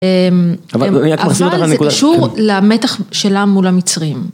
אבל זה קשור למתח שלה מול המצרים.